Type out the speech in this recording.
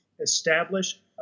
establish